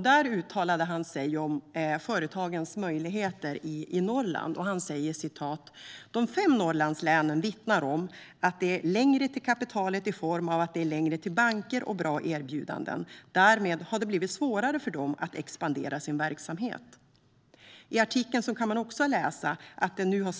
Där uttalar han sig om företagens möjligheter i Norrland. Han säger: De fem Norrlandslänen vittnar om att det är längre till kapitalet i form av att det är längre till banker och bra erbjudanden. Därmed har det blivit svårare för dem att expandera sin verksamhet. I artikeln kan man också läsa att det nu har